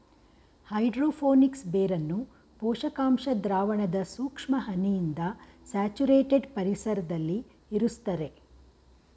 hydro phonics ಬೇರನ್ನು ಪೋಷಕಾಂಶ ದ್ರಾವಣದ ಸೂಕ್ಷ್ಮ ಹನಿಯಿಂದ ಸ್ಯಾಚುರೇಟೆಡ್ ಪರಿಸರ್ದಲ್ಲಿ ಇರುಸ್ತರೆ